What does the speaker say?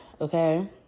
okay